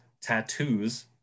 tattoos